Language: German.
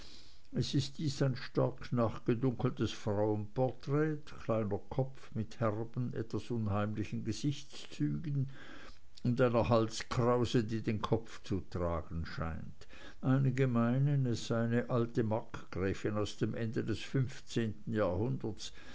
es ist dies ein stark nachgedunkeltes frauenporträt kleiner kopf mit herben etwas unheimlichen gesichtszügen und einer halskrause die den kopf zu tragen scheint einige meinen es sei eine alte markgräfin aus dem ende des fünfzehnten jahrhunderts